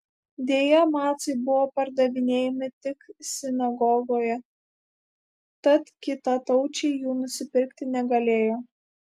deja macai buvo pardavinėjami tik sinagogoje tad kitataučiai jų nusipirkti negalėjo